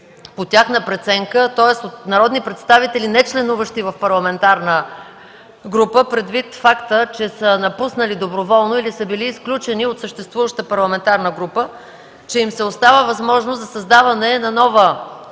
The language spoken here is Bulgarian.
по тяхна преценка. Тоест от народни представители, нечленуващи в парламентарна група, предвид факта, че са напуснали доброволно или са били изключени от съществуваща парламентарна група, че им се оставя възможност за създаване на нова